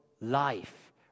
life